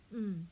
hmm